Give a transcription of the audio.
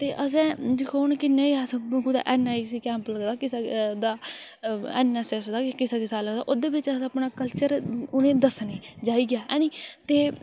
ते असें दिक्खो हून किन्ने गै अस कुतै एन आई सी दा कैंप एनएसएस दा किसै किसै दा लगदा ओह्दे बिच अस अपना कल्चर उ'नेंगी दस्सने जे इ'यै हैनी ते